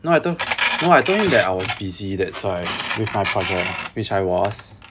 no I told no I told him that I was busy that's why with my project which I was